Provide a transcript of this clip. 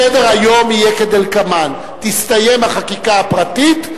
סדר-היום יהיה כדלקמן: תסתיים החקיקה הפרטית,